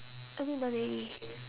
I think done already